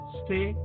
stay